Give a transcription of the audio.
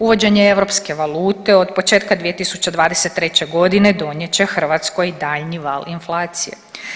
Uvođenje europske valute od početka 2023. g. donijet će Hrvatskoj daljnji val inflacije.